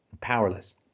Powerless